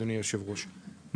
אדוני היושב ראש,